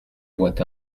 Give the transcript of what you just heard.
voit